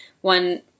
one